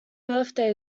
birthday